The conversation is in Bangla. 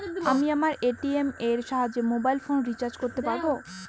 আমি আমার এ.টি.এম এর সাহায্যে মোবাইল ফোন রিচার্জ করতে পারব?